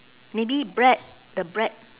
maybe bread the bread